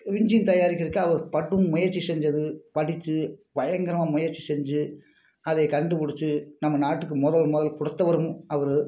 engine தயாரிக்கிறதுக்கு அவர் படும் முயற்சி செஞ்சது படித்து பயங்கரமாக முயற்சி செஞ்சு அதைக் கண்டுபிடிச்சி நம்ம நாட்டுக்கு மொதல் மொதல் கொடுத்தவரும் அவரு